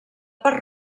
part